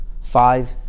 five